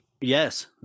Yes